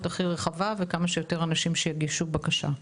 רחבה וכמה שיותר אנשים שיגישו בקשה.